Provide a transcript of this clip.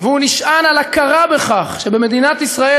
והוא נשען על הכרה בכך שבמדינת ישראל